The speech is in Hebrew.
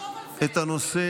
את הנושא,